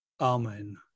Amen